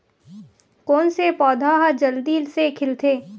कोन से पौधा ह जल्दी से खिलथे?